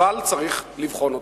אבל צריך לבחון אותה.